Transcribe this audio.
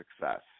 success